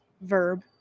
verb